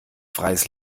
freies